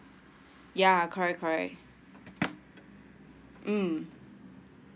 ya correct correct mm